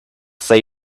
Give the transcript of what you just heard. say